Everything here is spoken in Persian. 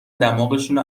دماغشونو